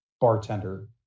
bartender